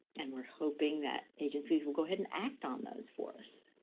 and we're hoping that agencies will go ahead and act on those for us.